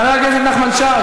חבר הכנסת נחמן שי,